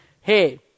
Hey